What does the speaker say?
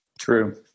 True